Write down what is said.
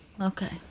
Okay